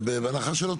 ובהנחה שלא,